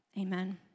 amen